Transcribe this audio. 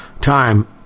time